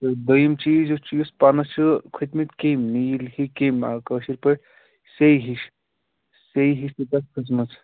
تہٕ دوٚیِم چیٖز یُس چھُ یُس پانس چھِ کھٔتۍ مٕتۍ کیٚمۍ کأشِرۍ پأٹھۍ سیٚے ہِش سیٚے ہِش چھِ تَتھ کھٔژمٕژ